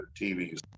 TVs